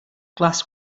glass